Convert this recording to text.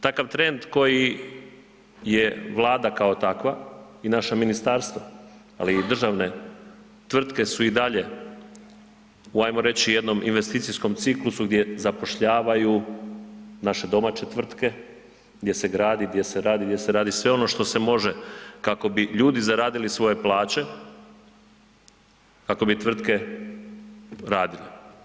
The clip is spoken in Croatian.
Takav trend koji je Vlada kao takva i naša ministarstva, ali i državne tvrtke su i dalje u ajmo reći investicijskom ciklusu gdje zapošljavaju naše domaće tvrtke, gdje se gradi, gdje se radi sve ono što se može kako bi ljudi zaradili svoje plaće, kako bi tvrtke radile.